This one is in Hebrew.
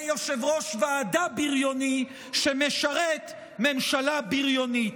יושב-ראש ועדה בריוני שמשרת ממשלה בריונית.